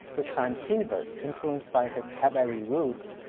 this time free verse, influenced by his tabari roots,